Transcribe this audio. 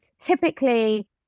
typically